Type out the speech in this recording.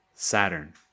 Saturn